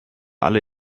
alle